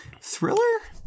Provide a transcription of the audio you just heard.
thriller